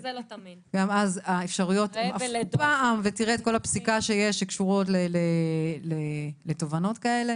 וגם אז האפשרויות הן אף פעם ותראה את כל הפסיקה שקשורה לתובנות כאלה